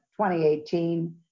2018